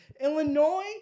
Illinois